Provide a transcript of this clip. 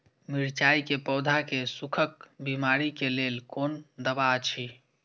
मिरचाई के पौधा के सुखक बिमारी के लेल कोन दवा अछि?